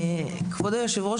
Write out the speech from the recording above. כבוד היושב-ראש,